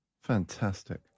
fantastic